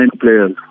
players